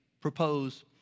propose